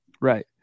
right